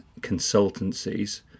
consultancies